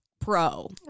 pro